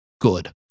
good